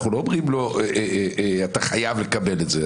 אנחנו לא אומרים לו שהוא חייב לקבל את זה.